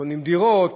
קונים דירות,